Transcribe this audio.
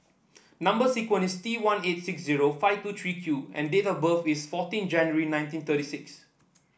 number sequence is T one eight six zero five two three Q and date of birth is fourteen January nineteen thirty six